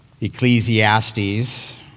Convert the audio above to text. Ecclesiastes